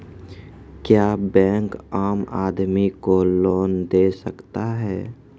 क्या बैंक आम आदमी को लोन दे सकता हैं?